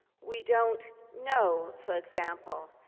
we don't know, for example,